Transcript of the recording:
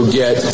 get